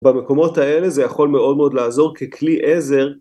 במקומות האלה זה יכול מאוד מאוד לעזור ככלי עזר.